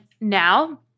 now